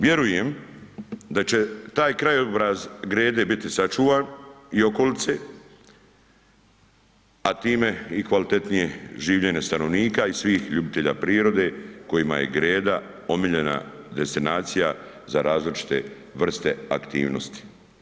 Vjerujem da će taj krajobraz Grede biti sačuvan i okolice, a time i kvalitetnije življenje stanovnika i svih ljubitelja prirode kojima je Greda omiljena destinacija za različite vrste aktivnosti.